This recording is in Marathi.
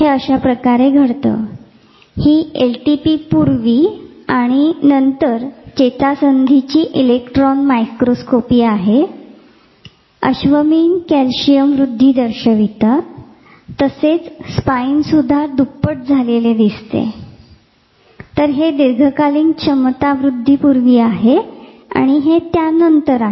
हे अशा प्रकारे घडते ही LTP पूर्वी आणि नंतर चेतासंधीची इलेक्ट्रॉन मायक्रोस्कोपी आहे अश्वमीन चेतापेशी कॅल्शिअम वृद्धी दर्शवितात तसेच स्पाईनसुद्धा दुप्पट झालेले दिसते तर हे दीर्घकालीन क्षमतावृद्धीपूर्वी आहे आणि हे त्यानंतर आहे